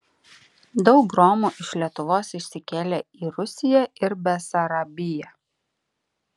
daug romų iš lietuvos išsikėlė į rusiją ir besarabiją